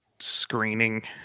Screening